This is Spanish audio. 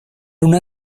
una